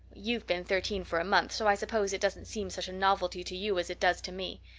you've been thirteen for a month, so i suppose it doesn't seem such a novelty to you as it does to me.